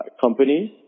companies